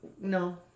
No